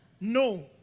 No